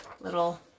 little